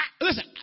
Listen